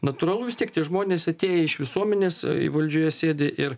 natūralu vis tiek tie žmonės atėję iš visuomenės i valdžioje sėdi ir